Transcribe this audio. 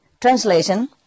translation